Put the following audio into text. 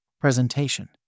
Presentation